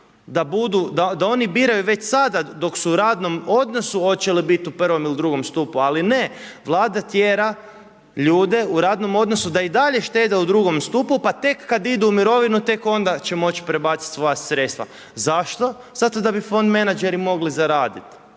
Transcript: da oni biraju već sada dok su u radnom odnosu, hoće li biti u prvom ili u drugom stupu. Ali, ne, vlada tjera ljude u radnom odnosu, da i dalje štede u drugom stupu, pa tek kada idu u mirovinu, tek onda će moći prebaciti svoja sredstva. Zašto? Zato da bi fond menadžeri mogli zaraditi,